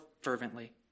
fervently